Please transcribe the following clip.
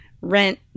Rent